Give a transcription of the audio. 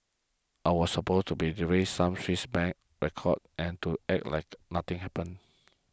I was supposed to be delivering some Swiss Bank records and to act like nothing happened